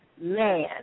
man